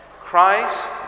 Christ